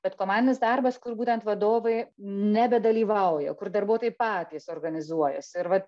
bet komandinis darbas kur būtent vadovai nebedalyvauja kur darbuotojai patys organizuojasi ir vat